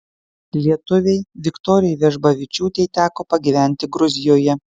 lietuvei viktorijai vežbavičiūtei teko pagyventi gruzijoje